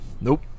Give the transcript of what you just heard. Nope